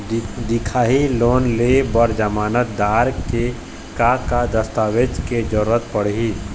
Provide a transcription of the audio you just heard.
दिखाही लोन ले बर जमानतदार के का का दस्तावेज के जरूरत पड़ही?